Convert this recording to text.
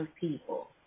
people